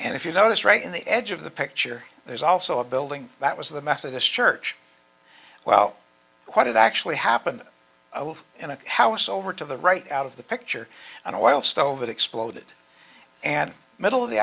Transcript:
and if you notice right in the edge of the picture there's also a building that was the methodist church well quite it actually happened over in a house over to the right out of the picture an oil stove that exploded and middle of the